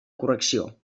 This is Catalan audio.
correcció